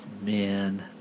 man